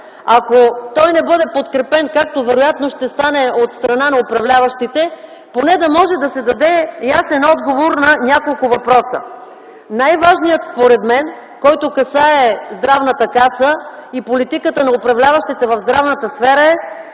ако не бъде подкрепен, както вероятно ще стане от страна на управляващите, да може да се даде ясен отговор поне на няколко въпроса. Най-важният въпрос според мен, който касае Здравната каса и политиката на управляващите в здравната сфера, е